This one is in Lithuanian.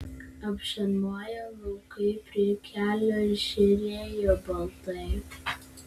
apšarmoję laukai prie kelio žėrėjo baltai